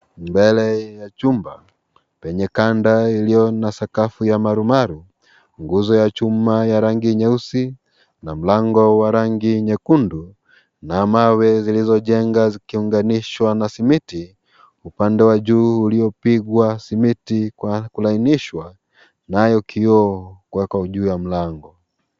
Mbele ya chumba, kwenye kanda ilio na sakafu ya maru maru, nguzo ya chuma ya rangi nyeusi, na mlango wa rangi nyekundu, na mawe zilizojenga zikiunganishwa na simiti, upande wa juu uliopigwa simiti kwa kulainishwa, nayo kioo, kwekwa juu ya mlango.